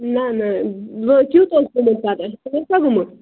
نہَ نہَ وۅں کٮُ۪تھ اوس گوٚمُت پَتہٕ اَصٕل اوسا گوٚمُت